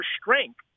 strength